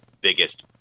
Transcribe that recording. biggest